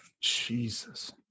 Jesus